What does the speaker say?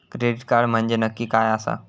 Credit card म्हंजे नक्की काय आसा?